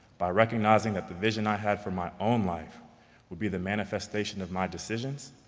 by recognizing that the vision i had for my own life would be the manifestation of my decisions,